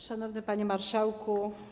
Szanowny Panie Marszałku!